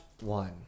one